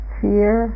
fear